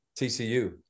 TCU